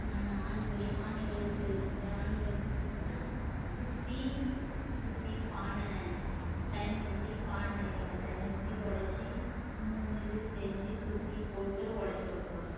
ஆண்கள் ஆண்களுக்கு சே ஆண்கள் செத்துட்டாங்கன்னா சுற்றி சுற்றி பானை தண்ணி ஊற்றி பானையில் தண்ணி ஊற்றி உடச்சி மூனு இது செஞ்சு குத்தி போட்டு உடச்சிருவாங்க